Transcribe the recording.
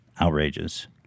outrageous